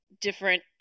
different